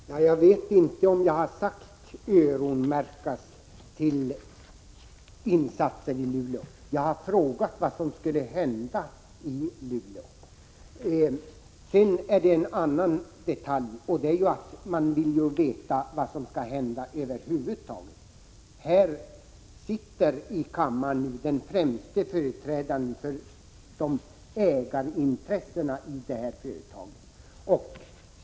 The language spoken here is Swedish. Fru talman! Jag tror inte att jag har talat om öronmärkning av insatser i Luleå. Jag har frågat vad som skulle hända i Luleå. Dessutom vill vi veta vad som skall hända över huvud taget. Den främste företrädaren för ägarintressena i företaget sitter här i kammaren.